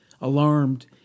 Alarmed